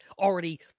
already